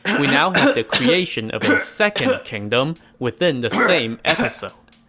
we now have the creation of a second kingdom within the same episode.